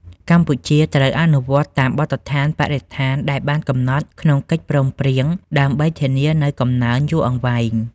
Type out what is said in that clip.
កម្ពុជាត្រូវអនុវត្តតាមបទដ្ឋានបរិស្ថានដែលបានកំណត់ក្នុងកិច្ចព្រមព្រៀង ដើម្បីធានានូវកំណើនយូរអង្វែង។